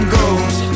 goes